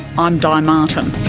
i'm di martin